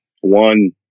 One